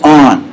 on